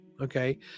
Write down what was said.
Okay